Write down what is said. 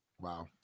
wow